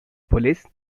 police